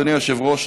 אדוני היושב-ראש,